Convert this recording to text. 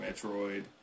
Metroid